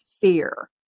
fear